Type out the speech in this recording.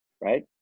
right